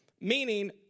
Meaning